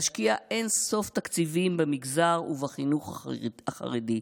להשקיע אין-סוף תקציבים במגזר ובחינוך החרדי.